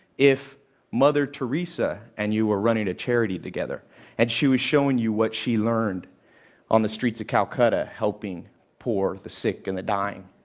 if mother theresa and you were running a charity together and she was showing you what she learned on the streets of calcutta, helping the poor, the sick, and the dying.